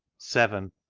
seven.